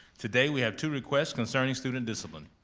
today we have two requests concerning student discipline.